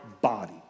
body